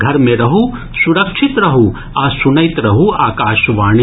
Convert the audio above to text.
घर मे रहू सुरक्षित रहू आ सुनैत रहू आकाशवाणी